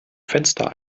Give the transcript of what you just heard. fenster